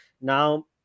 Now